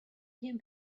him